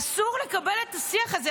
אסור לקבל את השיח הזה.